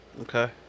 Okay